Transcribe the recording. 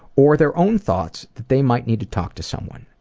or their own thoughts they might need to talk to someone.